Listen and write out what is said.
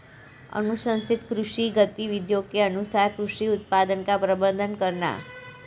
अनुशंसित कृषि गतिविधियों के अनुसार कृषि उत्पादन का प्रबंधन करना